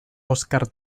óscar